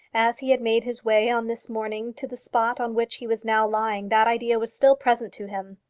as he had made his way on this morning to the spot on which he was now lying that idea was still present to him.